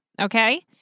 Okay